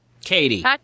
Katie